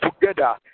together